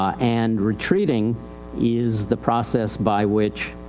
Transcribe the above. and retreating is the process by which,